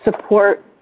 support